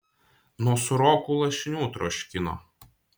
nuo sūrokų lašinių troškino